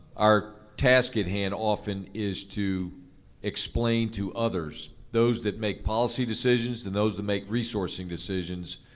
our task at hand often is to explain to others, those that make policy decisions and those that make resourcing decisions,